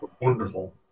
wonderful